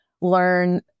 learn